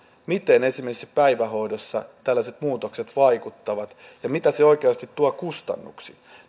miten esimerkiksi päivähoidossa tällaiset muutokset vaikuttavat ja kuinka paljon se oikeasti tuo kustannuksia